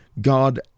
God